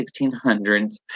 1600s